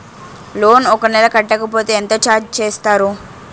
Loan ఒక నెల కట్టకపోతే ఎంత ఛార్జ్ చేస్తారు?